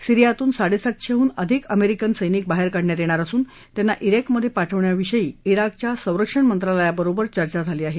सिरीयातून साडे सातशेहून अधिक अमेरिकन सैनिक बाहेर काढण्यात येणार असून त्यांना इराकमधे पाठवण्याविषयी इराकच्या संरक्षण मंत्रालयाबरोबर चर्चा झाली आहे